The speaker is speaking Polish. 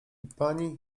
pani